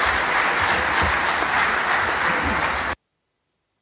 Hvala